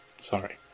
sorry